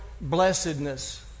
blessedness